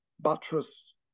buttress